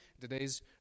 today's